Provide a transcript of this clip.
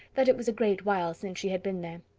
that it was a great while since she had been there.